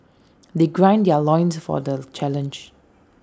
they gird their loins for the challenge